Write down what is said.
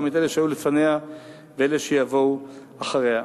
גם את אלה שהיו לפניה ואלה שיבואו אחריה.